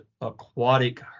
aquatic